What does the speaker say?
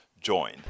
join